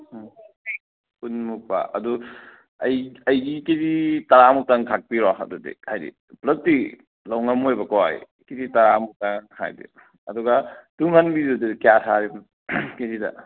ꯎꯝ ꯀꯨꯟꯃꯨꯛꯇ ꯑꯗꯨ ꯑꯩ ꯑꯩꯒꯤ ꯀꯦꯖꯤ ꯇꯔꯥ ꯃꯨꯛꯇꯪ ꯈꯥꯛꯄꯤꯔꯣ ꯑꯗꯨꯗꯤ ꯍꯥꯏꯗꯤ ꯄꯨꯂꯞꯇꯤ ꯂꯧ ꯉꯝꯃꯣꯏꯕꯀꯣ ꯑꯩ ꯀꯦꯖꯤ ꯇꯔꯥ ꯃꯨꯛꯇꯪ ꯍꯥꯏꯗꯤ ꯑꯗꯨꯒ ꯇꯨꯡꯍꯟꯕꯤꯗꯨꯗꯤ ꯀꯌꯥ ꯁꯥꯔꯤꯅꯣ ꯀꯦꯖꯤꯗ